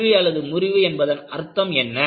தோல்வி முறிவு என்பதன் அர்த்தம் என்ன